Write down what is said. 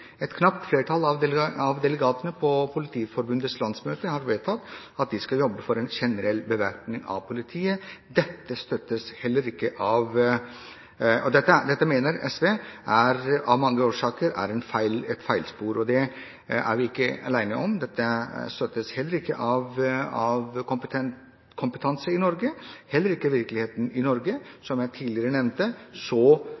Et knapt flertall av delegatene på Politiforbundets landsmøte har vedtatt at de skal jobbe for en generell bevæpning av politiet. Dette mener SV av mange årsaker er et feilspor, og det er vi ikke alene om. Det støttes heller ikke av dem med kompetanse i Norge, og heller ikke i virkeligheten i Norge.